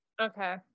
okay